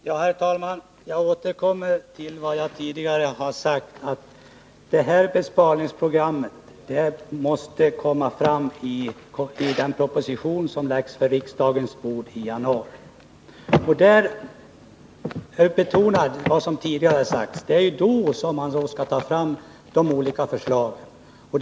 Herr talman! Jag återkommer till vad jag tidigare sagt, nämligen att besparingsprogrammet måste utformas i den proposition som läggs på riksdagens bord i januari. Jag vill betona vad som tidigare sagts, att det är då som de olika delförslagen skall läggas fram.